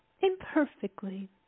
Imperfectly